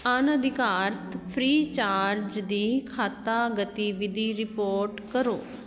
ਅਣਅਧਿਕਾਰਤ Freecharge ਦੀ ਖਾਤਾ ਗਤੀਵਿਧੀ ਰਿਪੋਰਟ ਕਰੋ